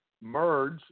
Merge